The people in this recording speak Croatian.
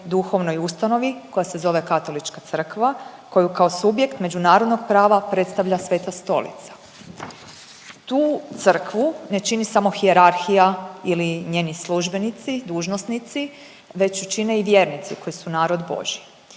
duhovnoj ustanovi koja se zove Katolička crkva koju kao subjekt međunarodnog prava predstavlja Sveta Stolica. Tu Crkvu ne čini samo hijerarhija ili njeni službenici, dužnosnici već ju čine i vjernici koji su narod božji.